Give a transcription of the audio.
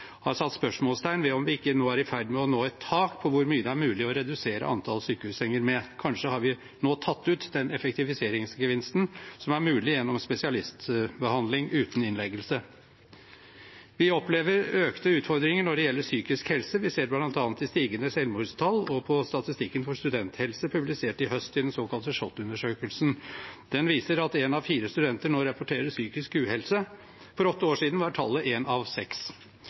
har satt spørsmålstegn ved om vi ikke nå er i ferd med å nå et tak på hvor mye det er mulig å redusere antallet sykehussenger med – kanskje har vi nå tatt ut den effektiviseringsgevinsten som er mulig gjennom spesialistbehandling uten innleggelse. Vi opplever økte utfordringer når det gjelder psykisk helse. Vi ser det bl.a. i stigende selvmordstall og på statistikken for studenthelse, publisert i høst i den såkalte SHoT-undersøkelsen. Den viser at én av fire studenter nå rapporterer om psykisk uhelse – for åtte år siden var tallet én av seks.